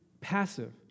passive